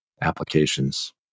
applications